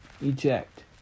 eject